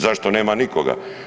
Zašto nema nikoga?